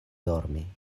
dormi